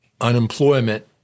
unemployment